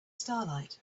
starlight